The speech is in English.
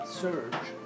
surge